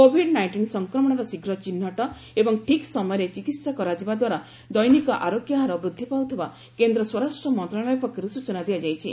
Covid nineteen ସଂକ୍ରମଣର ଶୀଘ୍ର ଚିହ୍ରଟ ଏବଂ ଠିକ୍ ସମୟରେ ଚିକିହା କରାଯିବାଦ୍ୱାରା ଦୈନିକ ଆରୋଗ୍ୟ ହାର ବୃଦ୍ଧି ପାଉଥିବା କେନ୍ଦ୍ର ସ୍ୱରାଷ୍ଟ୍ର ମନ୍ତ୍ରଣାଳୟ ପକ୍ଷର୍ ସ୍ୱଚନା ଦିଆଯାଇଛି